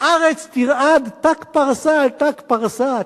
הארץ תרעד ת"ק פרסה על ת"ק פרסה.